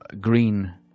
green